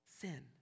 sin